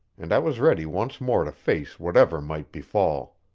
and i was ready once more to face whatever might befall.